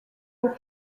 pour